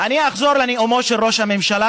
אני אחזור לנאומו של ראש הממשלה,